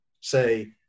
say